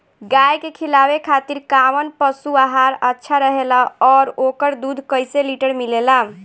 गाय के खिलावे खातिर काउन पशु आहार अच्छा रहेला और ओकर दुध कइसे लीटर मिलेला?